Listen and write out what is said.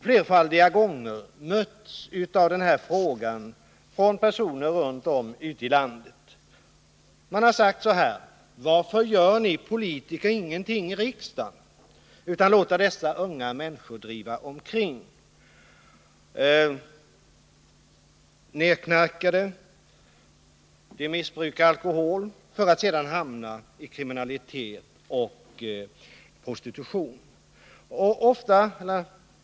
Personer ute i landet har flerfaldiga gånger frågat mig: Varför gör ni politiker i riksdagen ingenting åt missförhållandena, utan låter dessa unga människor driva omkring, nerknarkade och missbrukande alkohol, för att sedan hamna i kriminalitet och prostitution?